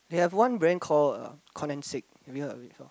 they have one brand call uh Koenigsegg have you heard of it before